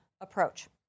approach